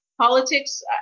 politics